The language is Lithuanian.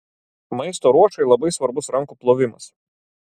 maisto ruošai labai svarbus rankų plovimas